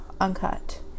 uncut